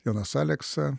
jonas aleksa